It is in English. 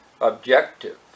objective